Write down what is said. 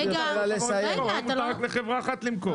לא מאפשרים רק לחברה אחת למכור.